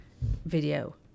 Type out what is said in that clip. Video